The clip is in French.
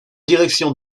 direction